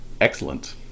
excellent